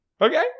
Okay